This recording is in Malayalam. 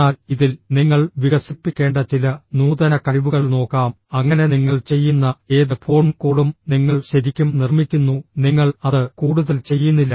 എന്നാൽ ഇതിൽ നിങ്ങൾ വികസിപ്പിക്കേണ്ട ചില നൂതന കഴിവുകൾ നോക്കാം അങ്ങനെ നിങ്ങൾ ചെയ്യുന്ന ഏത് ഫോൺ കോളും നിങ്ങൾ ശരിക്കും നിർമ്മിക്കുന്നു നിങ്ങൾ അത് കൂടുതൽ ചെയ്യുന്നില്ല